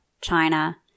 China